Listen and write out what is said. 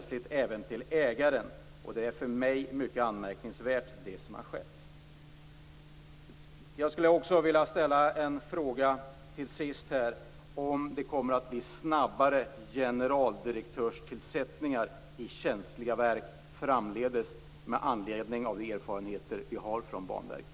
Därför är det som har skett för mig mycket anmärkningsvärt. Till sist vill jag också fråga om tillsättningar av generaldirektörer i känsliga verk kommer att ske snabbare framledes med anledning av erfarenheterna från Banverket.